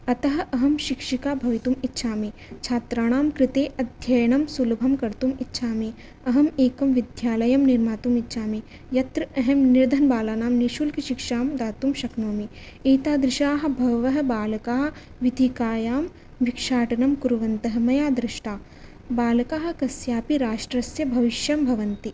अतः अहं शिक्षिका भवितुम् इच्छामि छात्राणाङ्कृते अध्ययनं सुलभं कर्तुम् इच्छामि अहम् एकं विद्यालयं निर्मातुमिच्छामि यत्र अहं निर्धनबालानां निःशुल्कशिक्षां दातुं शक्नोमि एतादृशाः बहवः बालकाः वीथिकायां भिक्षाटनं कुर्वन्तः मया दृष्टा बालकाः कस्यापि राष्ट्रस्य भविष्यं भवन्ति